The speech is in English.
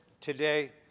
today